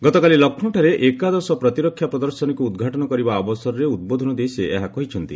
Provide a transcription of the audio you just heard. ଗତକାଲି ଲକ୍ଷ୍ନୌଠାରେ ଏକାଦଶ ପ୍ରତିରକ୍ଷା ପ୍ରଦର୍ଶନୀକୁ ଉଦ୍ଘାଟନ କରିବା ଅବସରରେ ଉଦ୍ବୋଧନ ଦେଇ ସେ ଏହା କହିଛନ୍ତି